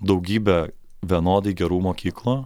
daugybė vienodai gerų mokyklų